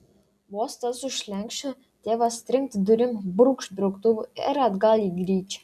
vos tas už slenksčio tėvas trinkt durim brūkšt brauktuvu ir atgal į gryčią